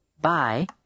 Bye